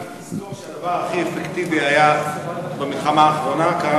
רק תזכור שהדבר הכי אפקטיבי במלחמה האחרונה כאן היה,